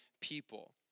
people